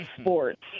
sports